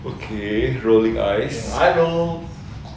okay rolling eyes